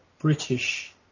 British